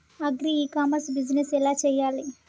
Agri e commerce business ఎలా చెయ్యాలి?